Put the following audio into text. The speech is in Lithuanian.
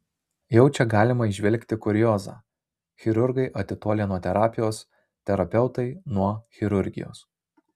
jau čia galima įžvelgti kuriozą chirurgai atitolę nuo terapijos terapeutai nuo chirurgijos